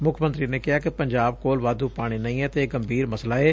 ਮੁੱਖ ਮੰਤਰੀ ਨੇ ਕਿਹਾ ਕਿ ਪੰਜਾਬ ਕੋਲ ਵਾਧੁ ਪਾਣੀ ਨਹੀਂ ਏ ੱਅਤੇ ਇਹ ਗੰਭੀਰ ਮਸਲਾ ਏ